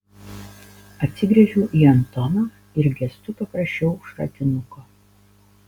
atsigręžiau į antoną ir gestu paprašiau šratinuko